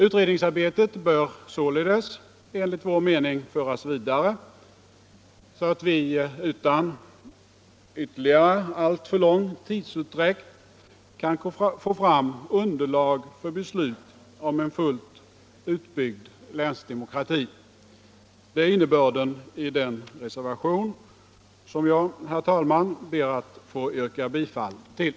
Utredningsarbetet bör således enligt vår mening föras vidare, så att vi utan alltför lång ytterligare tidsutdräkt kan få fram underlag för beslut om en fullt utbyggd länsdemokrati. Det är innebörden i den reservation som jag, herr talman, ber att få yrka bifall till.